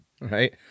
right